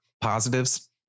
positives